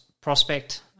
prospect